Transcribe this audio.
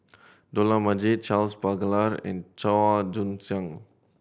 Dollah Majid Charles Paglar and Chua Joon Siang